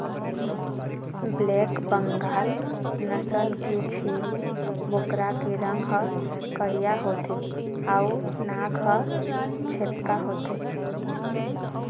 black Bengal नसल के छेरी बोकरा के रंग ह करिया होथे अउ नाक ह छेपका होथे